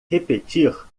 repetir